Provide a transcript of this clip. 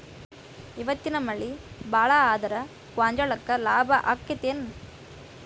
ಇವತ್ತಿನ ಮಳಿ ಭಾಳ ಆದರ ಗೊಂಜಾಳಕ್ಕ ಲಾಭ ಆಕ್ಕೆತಿ ಏನ್?